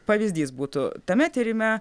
pavyzdys būtų tame tyrime